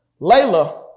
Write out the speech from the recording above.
Layla